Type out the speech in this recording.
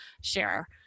share